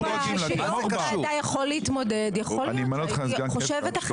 אם יו"ר ועדה יכול להתמודד יכול להיות שהייתי חושבת אחרת.